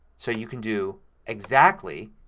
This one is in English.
so you can do exactly.